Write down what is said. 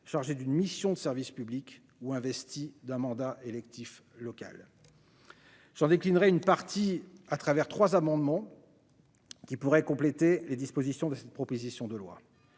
chargée d'une mission de service public ou investie d'un mandat électif local 100 déclinerait une partie à travers 3 amendements qui pourraient compléter les dispositions de cette proposition de loi,